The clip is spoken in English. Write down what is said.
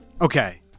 Okay